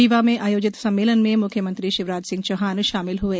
रीवा में आयोजित सम्मेलन में म्ख्यमंत्री शिवराज सिंह चौहान शामिल हुए